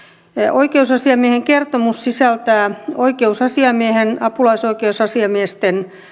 oikeusasiamiehen kertomus sisältää oikeusasiamiehen ja apulaisoikeusasiamiesten